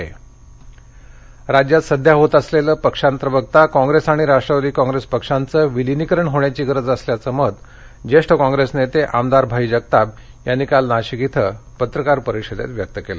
भाई जगताप अहमदनगर राज्यात सध्या होत असलेलं पक्षांतर बघता काँग्रेस आणि राष्ट्रवादी काँग्रेस पक्षांचं विलीनीकरण होण्याची गरज असल्याचं मत ज्येष्ठ काँग्रेस नेते आमदार भाई जगताप यांनी काल नाशिकमध्ये पत्रकार परिषदेत व्यक्त केले